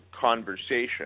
conversation